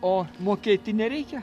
o mokėti nereikia